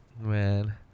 man